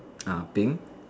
ah pink